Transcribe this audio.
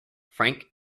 frank